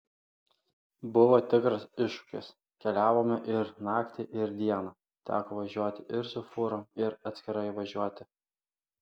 buvo tikras iššūkis keliavome ir naktį ir dieną teko važiuoti ir su fūrom ir atskirai važiuoti